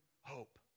hope